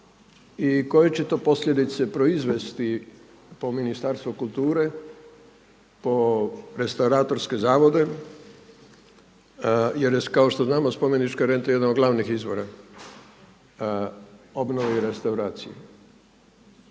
I koje će to posljedice proizvesti po Ministarstvo kulture, po restauratorske zavode jer je kao što znamo spomenička renta jedan od glavnih izvora obnove i restauracije.